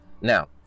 Now